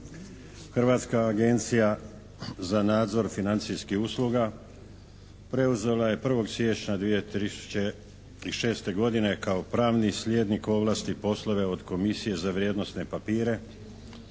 Hrvatska agencija za nadzor financijskih usluga preuzela je 1. siječnja 2006. godine kao pravni slijednik ovlasti i poslove od Komisije za vrijednosne papire,